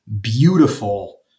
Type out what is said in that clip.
Beautiful